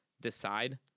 decide